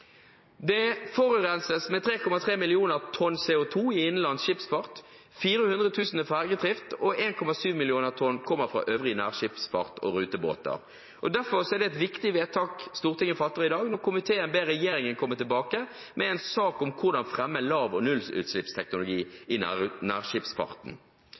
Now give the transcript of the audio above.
Det forurenses med 3,3 millioner tonn CO2 i innenlands skipsfart. 400 000 er fra fergedrift, og 1,7 millioner kommer fra øvrig nærskipsfart og rutebåter. Derfor er det et viktig vedtak Stortinget fatter i dag, når komiteen ber regjeringen komme tilbake med en sak om hvordan fremme lavutslipps- og nullutslippsteknologi i nærskipsfarten.